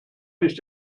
nicht